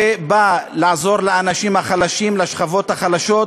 שבא לעזור לאנשים החלשים, לשכבות החלשות.